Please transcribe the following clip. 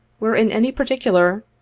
were in any particular,